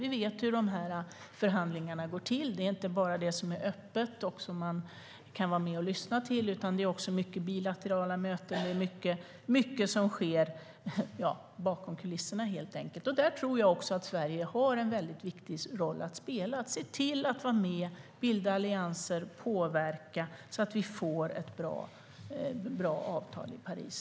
Vi vet hur förhandlingarna går till. Det handlar inte bara om de möten som är öppna och som man kan vara med och lyssna på, utan det hålls också många bilaterala möten. Det är mycket som sker bakom kulisserna helt enkelt. Där tror jag att Sverige har en viktig roll att spela genom att vara med, bilda allianser och påverka så att vi får ett bra avtal i Paris.